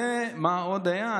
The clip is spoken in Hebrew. ומה עוד היה?